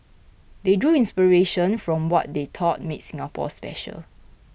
they drew inspiration from what they thought made Singapore special